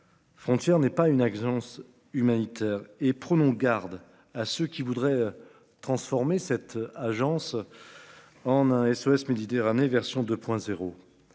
Frontière n'est pas une agence humanitaire et prenons garde à ce qui voudraient transformer cette agence. En un SOS Méditerranée, version 2.0.